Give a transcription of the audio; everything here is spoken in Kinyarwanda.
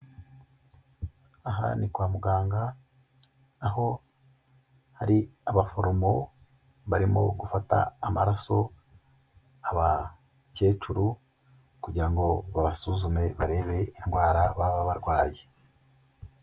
Aha ni kwa muganga aho hari abaforomo barimo gufata amaraso abakecuru kugira ngo babasuzume barebe indwara baba barwaye.